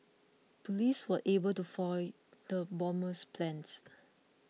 police were able to foil the bomber's plans